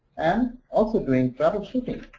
and also doing troubleshooting.